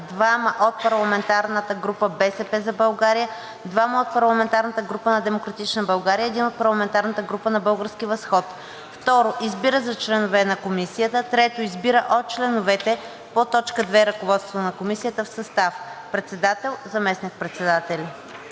2 от парламентарната група „БСП за България“, 1 от парламентарната група на „Демократична България“ и 1 от парламентарната група „Български възход“. 2. Избира за членове на Комисията: … 3. Избира от членовете по т. 2 ръководство на Комисията в състав: Председател: … Заместник-председатели: